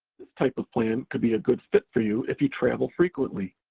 this type of plan could be a good fit for you if you travel frequently,